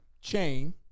chain